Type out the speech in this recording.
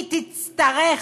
היא תצטרך